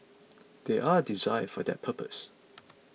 they are designed for that purpose